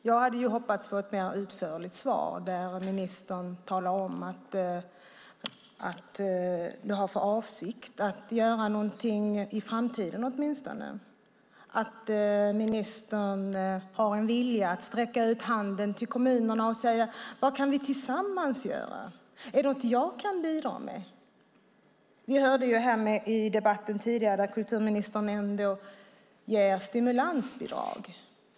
Jag hade hoppats på ett mer utförligt svar där ministern talar om att hon har för avsikt att göra någonting åtminstone i framtiden och att ministern har en vilja att sträcka ut handen till kommunerna och fråga vad man kan göra tillsammans och om hon kan bidra till någonting. Vi hörde tidigare i debatten kulturministern tala om att ge stimulansbidrag.